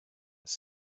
was